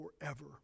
forever